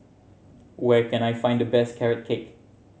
where can I find the best Carrot Cake